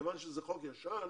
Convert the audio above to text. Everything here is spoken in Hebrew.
מכיוון שזה חוק ישן,